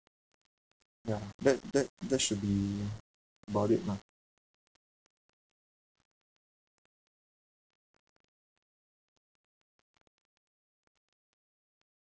ya that that that should be about it lah